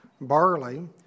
barley